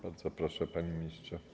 Bardzo proszę, panie ministrze.